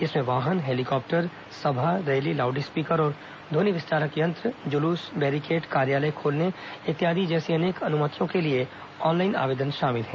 इसमें वाहन हेलीकॉप्टर सभा रैली लाऊड स्पीकर और ध्वनि विस्तारक यंत्र जुलूस बैरीकेड कार्यालय खोलने इत्यादि जैसी अन्य अनुमतियों के लिए ऑनलाइन आवेदन शामिल है